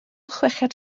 chweched